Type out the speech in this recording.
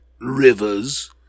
Rivers